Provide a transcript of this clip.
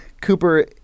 Cooper